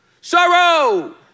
Sorrow